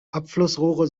abflussrohre